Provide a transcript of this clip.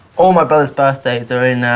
all my brothers' birthdays are in.